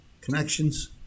connections